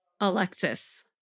Alexis